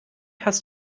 hast